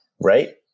Right